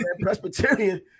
Presbyterian